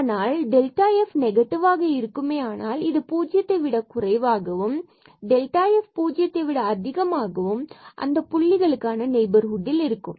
ஆனால் இது f நெகட்டிவாக இருக்குமேயானால் இது பூஜ்ஜியத்தை விட குறைவாகவும் f பூஜ்ஜியத்தை விட அதிகமாகவும் அந்த புள்ளிகளுக்கான நெய்பர்ஹுட்டில் இருக்கும்